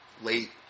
late